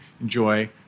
enjoy